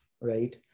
right